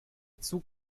zug